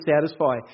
satisfy